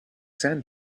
sand